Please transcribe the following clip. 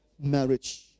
marriage